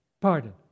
pardon